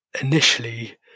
initially